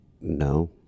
No